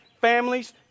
families